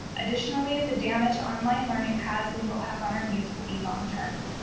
additionally, the damage online learning has and will have on our youth will be long term.